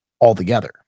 Altogether